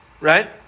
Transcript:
right